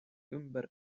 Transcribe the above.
ümber